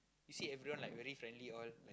you see everyone like very friendly all